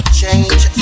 change